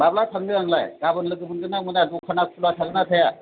माब्ला थांनो आंलाय गाबोन लोगो मोनगोनना मोना दखाना खुला थागोनना थाया